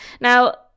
Now